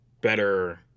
better